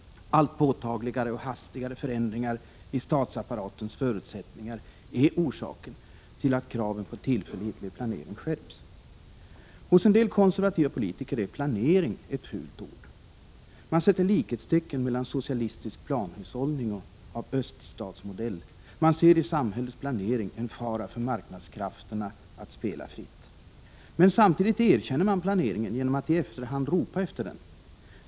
Allt påtagligare och hastigare förändringar i statsapparatens förutsättningar är orsaken till att kraven på tillförlitlig planering skärps. Hos en del konservativa politiker är planering ett fult ord. De sätter likhetstecken med socialistisk planhushållning av öststatsmodell. De ser i samhällets planering en fara för marknadskrafterna att spela fritt. Men samtidigt erkänner de planeringen genom att i efterhand ropa på den.